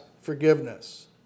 forgiveness